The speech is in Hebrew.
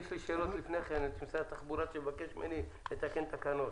יש לי לפני כן שאלות למשרד התחבורה שמבקש ממני לתקן תקנות.